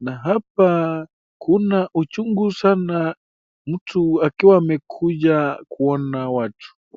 na hapa kuna uchungu sana mtu akiwa amekuja kuona watu.